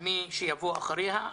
מי שיבוא אחריה,